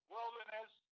Wilderness